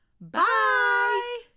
Bye